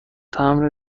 تمبر